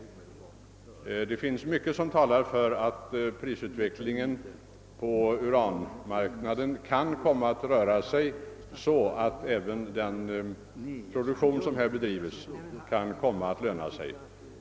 Det finns mycket som talar för att prisutvecklingen på uranmarknaden kan röra sig så att även den produktion som bedrivs i Ranstad kan komma att löna sig.